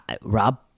Rob